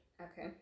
Okay